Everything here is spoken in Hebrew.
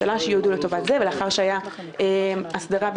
בנושא קווי השבת על מי שצריך ללחוץ זה על הרשויות שטרם הצטרפו למיזם